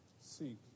seek